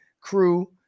crew